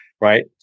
right